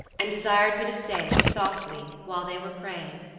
and desired me to say, softly, while they were praying,